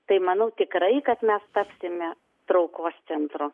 tai manau tikrai kad mes tapsime traukos centru